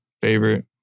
favorite